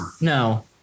No